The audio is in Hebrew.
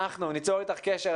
אנחנו ניצור איתך קשר,